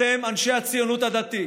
אתם, אנשי הציונות הדתית,